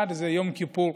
אחד זה יום כיפור,